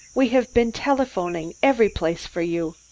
we have been telephoning every place for you.